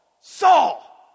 Saul